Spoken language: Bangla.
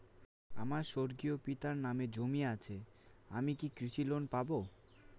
আমার স্বর্গীয় পিতার নামে জমি আছে আমি কি কৃষি লোন পাব?